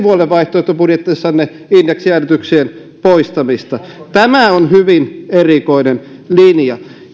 vuodelle vaihtoehtobudjetissanne indeksijäädytyksien poistamista tämä on hyvin erikoinen linja